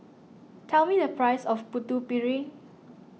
tell me the price of Putu Piring